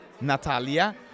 Natalia